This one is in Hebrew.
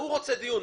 הוא רוצה דיון.